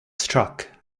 struck